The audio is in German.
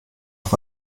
auf